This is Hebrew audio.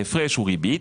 ההפרש הוא ריבית,